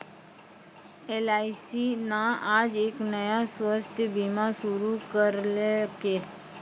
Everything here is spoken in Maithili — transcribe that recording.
एल.आई.सी न आज एक नया स्वास्थ्य बीमा शुरू करैलकै